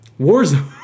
Warzone